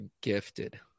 gifted